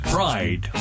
Pride